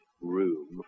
room